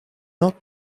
not